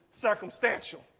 circumstantial